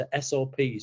SOPs